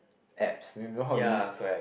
apps and you know how to use